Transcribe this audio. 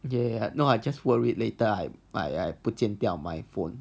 ya no I just worried later I I I 不见掉 my phone